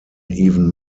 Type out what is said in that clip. even